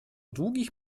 długich